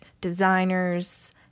designers